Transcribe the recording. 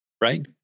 right